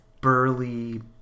Burly